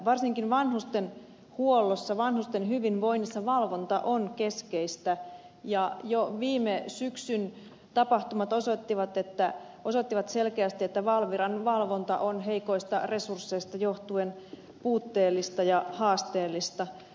varsinkin vanhustenhuollossa vanhusten hyvinvoinnissa valvonta on keskeistä ja jo viime syksyn tapahtumat osoittivat selkeästi että valviran valvonta on heikoista resursseista johtuen puutteellista ja haasteellista